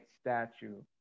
statue